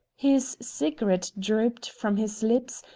his cigarette drooped from his lips,